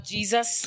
Jesus